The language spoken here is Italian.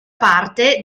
parte